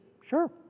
Sure